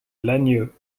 lagnieu